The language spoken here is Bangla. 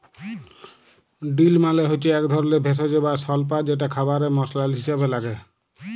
ডিল মালে হচ্যে এক ধরলের ভেষজ বা স্বল্পা যেটা খাবারে মসলা হিসেবে লাগে